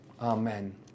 Amen